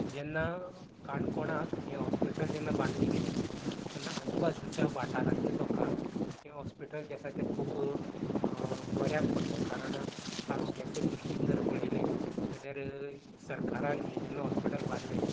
जेन्ना काणकोणांत हें हाॅस्पिटल जेन्ना बांदलें गेलें तेन्ना आजू बाजूच्या वाठारांतले लोकाक हें हाॅस्पिटल जें आसा तें खूब बऱ्याक पडलें कारण आरोग्याच्या दृश्टिन जर पळयलें जाल्यार सरकारान हे जेन्ना हाॅस्पिटल जेन्ना बांदलें